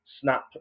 snap